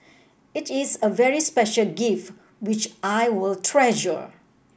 it is a very special which I will treasure